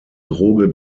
droge